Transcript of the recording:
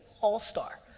all-star